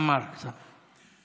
עמאר פה.